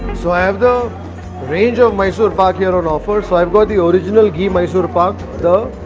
so i have the range of mysore pak here on offer. so i've got the original ghee mysore pak. the.